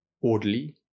orderly